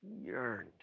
yearned